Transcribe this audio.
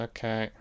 Okay